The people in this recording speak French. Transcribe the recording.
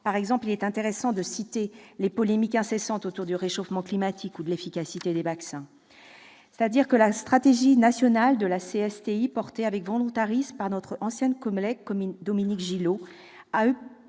Par exemple, il est intéressant de citer les polémiques incessantes autour du réchauffement climatique ou de l'efficacité des vaccins. Ainsi la stratégie nationale de CSTI, portée avec volontarisme par notre ancienne collègue Dominique Gillot,